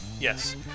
Yes